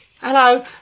hello